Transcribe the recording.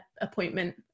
appointment